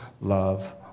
love